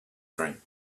dream